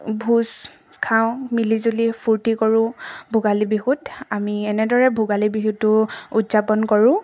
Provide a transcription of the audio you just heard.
ভোজ খাওঁ মিলি জুলি ফূৰ্তি কৰোঁ ভোগালী বিহুত আমি এনেদৰে ভোগালী বিহুটো উদযাপন কৰোঁ